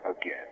again